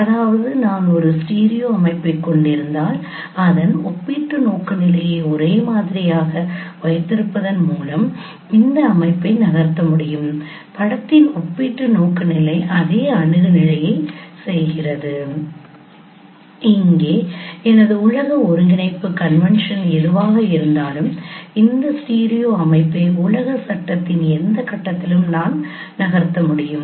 அதாவது நான் ஒரு ஸ்டீரியோ அமைப்பைக் கொண்டிருந்தால் அதன் ஒப்பீட்டு நோக்குநிலையை ஒரே மாதிரியாக வைத்திருப்பதன் மூலம் இந்த அமைப்பை நகர்த்த முடியும் படத்தின் ஒப்பீட்டு நோக்குநிலை அதே அணுகுநிலையை செய்கிறது இங்கே எனது உலக ஒருங்கிணைப்பு கன்வென்ஷன் எதுவாக இருந்தாலும் இந்த ஸ்டீரியோ அமைப்பை உலக சட்டத்தின் எந்த கட்டத்திலும் நான் நகர்த்த முடியும்